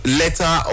letter